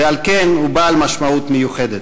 ועל כן הוא בעל משמעות מיוחדת.